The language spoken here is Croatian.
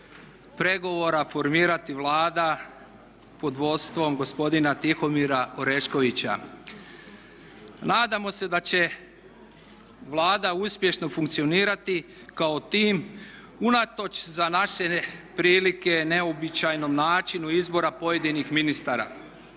pregovora formirati Vlada pod vodstvom gospodina Tihomira Oreškovića. Nadamo se da će Vlada uspješno funkcionirati kao tim unatoč za naše prilike neuobičajenom načinu izbora pojedinih ministara.